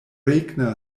regna